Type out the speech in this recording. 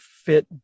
fit